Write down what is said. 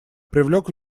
привлек